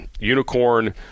unicorn